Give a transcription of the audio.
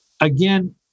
again